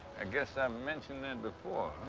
i guess i mentioned that before,